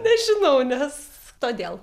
nežinau nes todėl